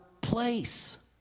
place